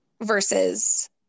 Versus